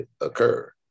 occur